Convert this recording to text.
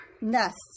nests